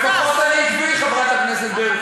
לפחות אני עקבי, חברת הכנסת ברקו.